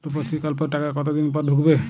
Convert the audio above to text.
রুপশ্রী প্রকল্পের টাকা কতদিন পর ঢুকবে?